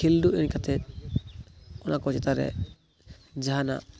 ᱠᱷᱤᱞᱰᱩ ᱮᱱᱮᱡ ᱠᱟᱛᱮ ᱚᱱᱟ ᱠᱚ ᱪᱮᱛᱟᱱ ᱨᱮ ᱡᱟᱦᱟᱱᱟᱜ